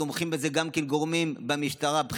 תומכים בזה גם גורמים בכירים במשטרה,